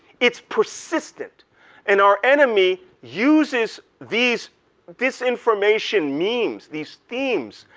it's persistent and our enemy uses these disinformation means, these themes,